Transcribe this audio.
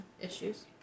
issues